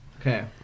Okay